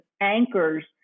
anchors